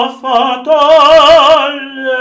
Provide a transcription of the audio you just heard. fatal